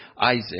Isaac